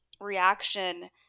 reaction